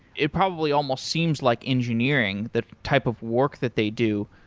it probably almost seems like engineering, the type of work that they do.